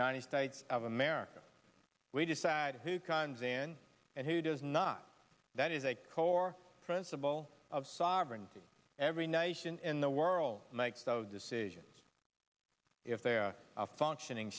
united states of america we decide who comes in and who does not that is a core principle of sovereignty every nation in the world makes the decisions if they're functioning